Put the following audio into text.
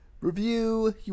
review